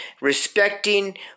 respecting